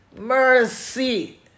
mercy